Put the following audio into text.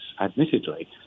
admittedly